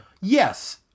Yes